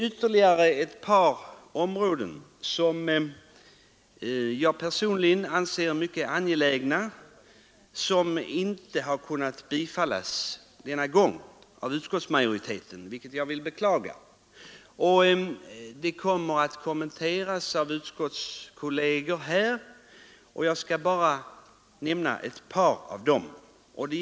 Ytterligare några förslag som jag personligen anser mycket angelägna har inte kunnat tillstyrkas av utskottsmajoriteten denna gång, vilket jag vill beklaga. De kommer att kommenteras av utskottskolleger, och jag skall bara nämna ett par av dem.